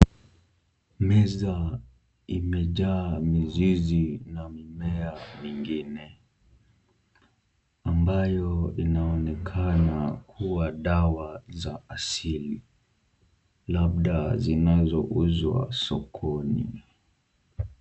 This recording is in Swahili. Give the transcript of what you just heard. Meza imejaa mizizi na mimea mingine ambayo inaonekana kuwa dawa za asili, labda zinazouzwa sokoni.